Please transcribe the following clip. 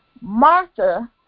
Martha